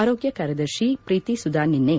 ಆರೋಗ್ಯ ಕಾರ್ಯದರ್ಶಿ ಪ್ರೀತಿ ಸುದಾನ್ ನಿನ್ನೆ